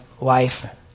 life